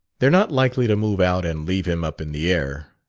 they're not likely to move out and leave him up in the air.